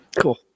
Cool